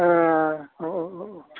औ औ औ